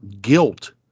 guilt